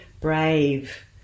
brave